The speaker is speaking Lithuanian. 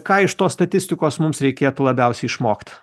ką iš tos statistikos mums reikėtų labiausiai išmokt